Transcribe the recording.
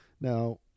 Now